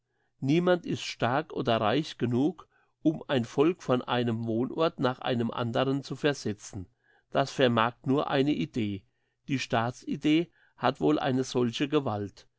niemand ist stark oder reich genug um ein volk von einem wohnort nach einem anderen zu versetzen das vermag nur eine idee die staatsidee hat wohl eine solche gewalt